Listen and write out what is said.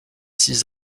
six